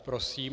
Prosím.